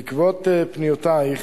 בעקבות פניותייך,